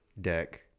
deck